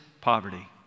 poverty